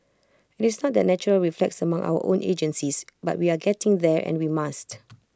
IT is not the natural reflex among our own agencies but we are getting there and we must